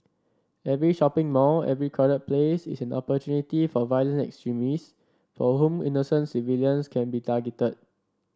every shopping mall every crowded place is an opportunity for violent extremists for whom innocent civilians can be targeted